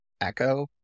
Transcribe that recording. echo